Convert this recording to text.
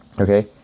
Okay